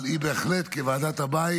אבל היא בהחלט, כוועדת הבית,